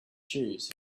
shoes